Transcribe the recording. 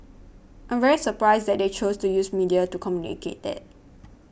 I'm very surprised that they choose to use media to communicate that